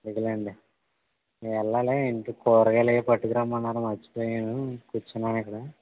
ఎందుకులేండి నేను ఎళ్ళాలి ఇంటికి కూరగాయలు అవి పట్టుకురమ్మన్నారు మర్చిపోయాను కూర్చున్నాను ఇక్కడ